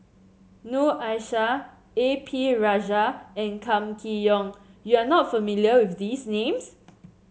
Noor Aishah A P Rajah and Kam Kee Yong You are not familiar with these names